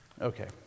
Okay